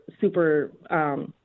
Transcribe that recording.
super –